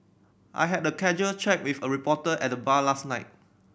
I had a casual chat with a reporter at the bar last night